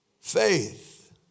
Faith